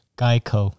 Geico